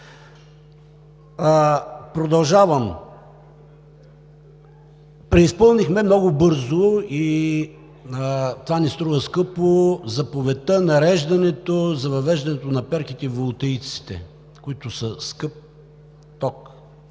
Продължавам! Преизпълнихме много бързо, и това ни струва скъпо, заповедта, нареждането за въвеждането на перките и волтаиците, които са скъп ток.